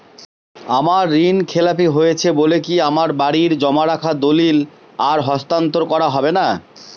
আমার ঋণ খেলাপি হয়েছে বলে কি আমার বাড়ির জমা রাখা দলিল আর হস্তান্তর করা হবে না?